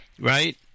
Right